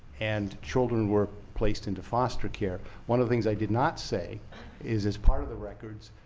and children were placed into foster care. one of things i did not say is, as part of the records,